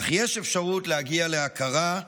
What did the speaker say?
אך יש אפשרות להגיע להכרה,